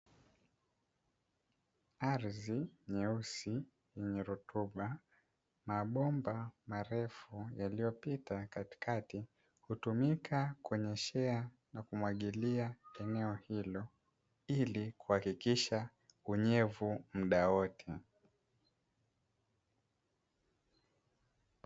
Ardhi nyeusi yenye rutuba mabomba marefu yaliyopita katikati hutumika kunyeshea na kumwagilia eneo hilo, ili kuhakikisha unyevu mda wote.